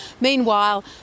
Meanwhile